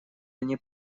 они